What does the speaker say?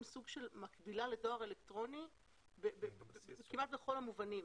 סוג של מקבילה לדואר אלקטרוני כמעט בכל המובנים.